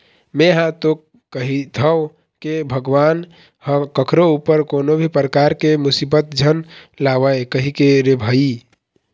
में हा तो कहिथव के भगवान ह कखरो ऊपर कोनो भी परकार के मुसीबत झन लावय कहिके रे भई